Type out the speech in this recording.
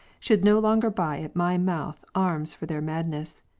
should no longer buy at my mouth arms for their madness.